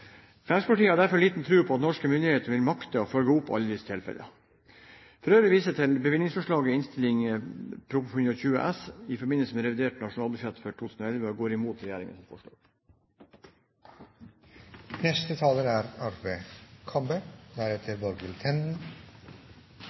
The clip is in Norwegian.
Fremskrittspartiet har derfor liten tro på at norske myndigheter vil makte å følge opp alle disse tilfellene. For øvrig viser jeg til bevilgningsforslag i innstillingen til Prop. 120 S for 2010–2011 i forbindelse med revidert nasjonalbudsjett for 2011 og går imot regjeringens forslag.